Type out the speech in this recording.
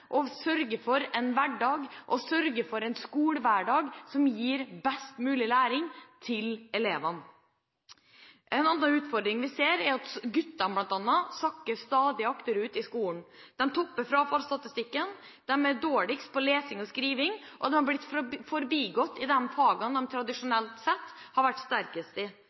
å sørge for en skolehverdag som gir best mulig læring til elevene. En annen utfordring vi ser, er bl.a. at guttene sakker stadig akterut i skolen. De topper frafallsstatistikken, de er dårligst i lesing og skriving, og de er blitt forbigått i de fagene hvor de tradisjonelt har vært sterkest.